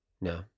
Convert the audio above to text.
No